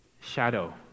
shadow